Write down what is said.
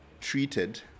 treated